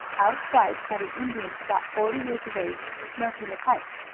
outside sat an indian about forty years of age smoking a pipe.